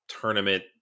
tournament